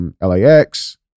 LAX